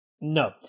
No